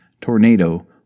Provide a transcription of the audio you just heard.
tornado